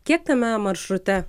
kiek tame maršrute